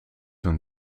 een